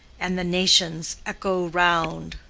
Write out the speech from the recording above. and the nations echo round.